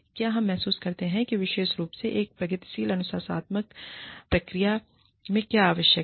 क्या हम महसूस करते हैं कि विशेष रूप से एक प्रगतिशील अनुशासनात्मक प्रक्रिया में क्या आवश्यक नहीं है